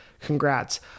congrats